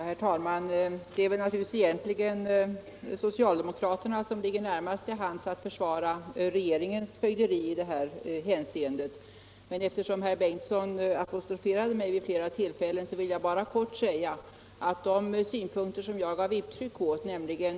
Herr talman! Det är naturligtvis närmast socialdemokraterna som skall försvara regeringens fögderi i detta hänseende, men eftersom herr Bengtsson i Göteborg vid flera tillfällen apostroferade mig vill jag säga några sendet ord.